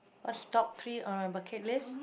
what's top three on my bucket list